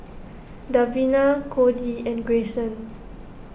Davina Codie and Greyson